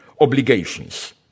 obligations